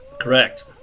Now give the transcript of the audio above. Correct